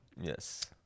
yes